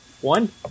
one